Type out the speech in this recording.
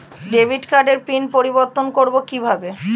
Debit কার্ডের PIN পরিবর্তন করবো কীভাবে?